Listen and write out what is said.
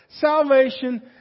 Salvation